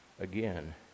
again